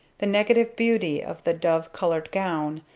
the negative beauty of the dove-colored gown,